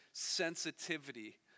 sensitivity